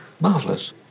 Marvelous